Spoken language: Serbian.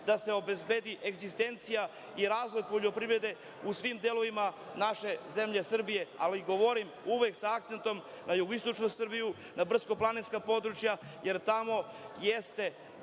da se obezbedi egistencija i razvoj poljoprivrede u svim delovima naše zemlje Srbije, ali govorim sa akcentom na jugoistočnu Srbiju, na brdsko-planinska područja, jer tamo jeste